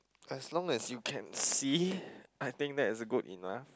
as long as you can see I think that's good enough